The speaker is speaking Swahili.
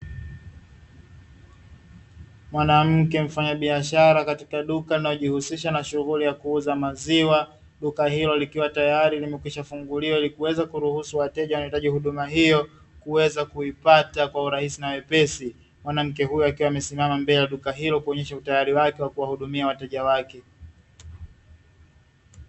Mwanamke mfanya biashara katika duka linalojihusisha na shughuli ya kuuza wa maziwa, duka hilo likiwa tayari limekwisha funguliwa ili kiweza kuruhusu wateja wanaohitaji huduma hiyo kuweza kuipata kwa urahisi na wepesi, mwanamke huyonakiwa amesimama mbele ya duka lake kuonyesha utayari wa kuwahudumia wateja wake.